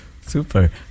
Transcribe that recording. Super